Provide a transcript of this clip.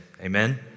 Amen